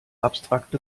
abstrakte